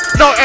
no